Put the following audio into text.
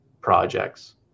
projects